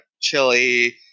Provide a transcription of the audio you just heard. chili